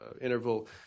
interval